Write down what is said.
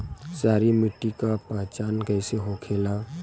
सारी मिट्टी का पहचान कैसे होखेला?